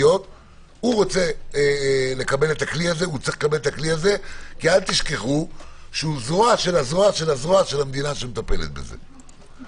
והכול - זה היה צריך להיות רעיון שהמדינה היתה צריכה לבוא עם זה לבד,